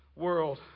World